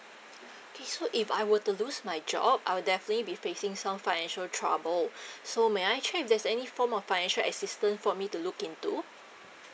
K so if I were to lose my job I'll definitely be facing some financial trouble so may I check if there's any form of financial assistance for me to look into